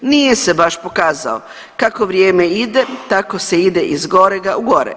Nije se baš pokazao kako vrijeme ide tako se ide iz gorega u gore.